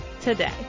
today